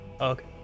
Okay